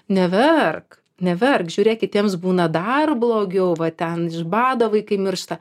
neverk neverk žiūrėk kitiems būna dar blogiau va ten iš bado vaikai miršta